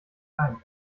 ein